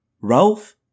Ralph